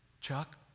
Chuck